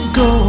go